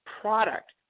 product